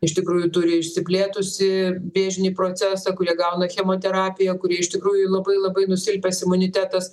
iš tikrųjų turi išsiplėtusį vėžinį procesą kurie gauna chemoterapiją kurie iš tikrųjų labai labai nusilpęs imunitetas